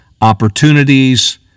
Opportunities